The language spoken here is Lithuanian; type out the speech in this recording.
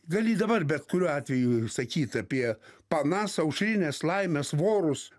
gali dabar bet kuriuo atveju sakyt apie panas aušrines laimes vorus